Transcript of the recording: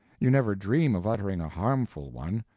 you never dream of uttering a harmful one.